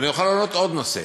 אני יכול להעלות עוד נושא.